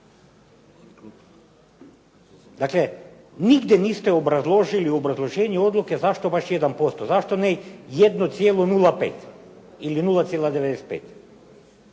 Dakle, nigdje niste obrazložili u obrazloženju Odluke zašto baš 1%, zašto ne 0,5 ili 0,95.